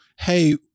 hey